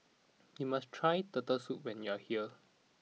you must try Turtle Soup when you are here